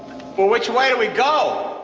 but which way do we go!